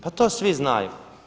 Pa to svi znaju.